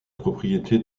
propriété